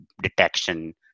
detection